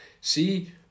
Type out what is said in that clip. See